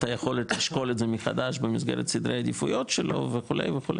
אתה יכול לשקול את זה מחדש במסגרת סדרי העדיפויות שלו וכו'.